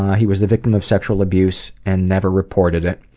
he was the victim of sexual abuse and never reported it.